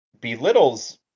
belittles